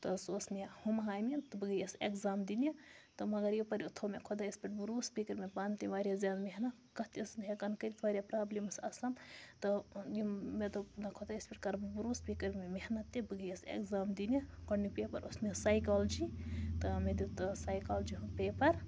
تہٕ سُہ اوس مےٚ ہُمہامہِ تہٕ بہٕ گٔیَس اٮ۪کزام دِنہِ تہٕ مگر یَپٲرِ تھوٚو مےٚ خۄدایَس پٮ۪ٹھ بٔروس بیٚیہِ کٔر مےٚ پانہٕ تہِ واریاہ زیادٕ محنت کَتھ تہِ ٲسٕس نہٕ ہٮ۪کان کٔرِتھ واریاہ پرٛابلِمٕ ٲس آسان تہٕ یِم مےٚ دوٚپ نہ خۄدایَس پٮ۪ٹھ کَرٕ بہٕ بٔروس بیٚیہِ کٔر مےٚ محنت تہِ بہٕ گٔیَس اٮ۪کزام دِنہِ گۄڈنیُک پیپَر اوس مےٚ سایکالجی تہٕ مےٚ دیُت سایکالجی ہُنٛد پیپَر